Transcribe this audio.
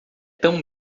tão